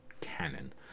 canon